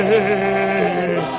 Hey